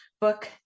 Book